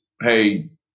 hey